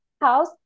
house